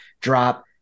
drop